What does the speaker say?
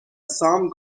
some